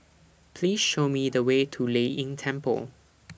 Please Show Me The Way to Lei Yin Temple